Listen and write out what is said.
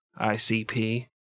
ICP